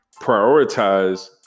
prioritize